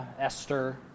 Esther